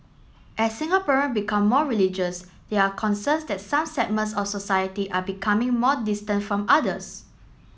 as Singaporean become more religious there are concerns that some segments of society are becoming more distant from others